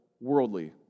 worldly